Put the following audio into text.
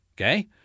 okay